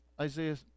Isaiah